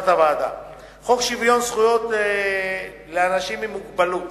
חוק שוויון זכויות לאנשים עם מוגבלות